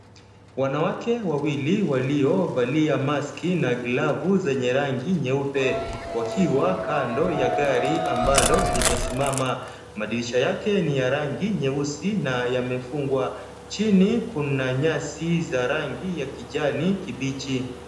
Wanawake wawili waliovalia mask na glavu zenye rangi nyeupe wakiwa kando ya gari ambalo limesimama. Madirisha yake ni ya rangi nyeusi na yamefungwa. Chini kuna nyasi za rangi ya kijani kibichi.